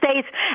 States